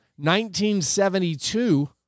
1972